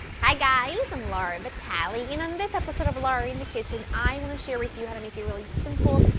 hi guys, i'm laura vitale and on this episode of laura in the kitchen, i want to share with you how to make a really simple,